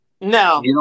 No